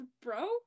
Bro